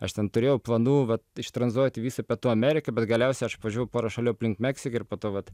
aš ten turėjau planų vat ištranzuoti visą pietų ameriką bet galiausiai aš važiavau pora šalių aplink meksiką ir po to vat